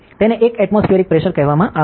તેને એક atmospheric pressure કહેવામાં આવે છે